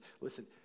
listen